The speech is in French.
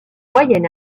moyen